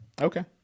Okay